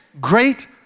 great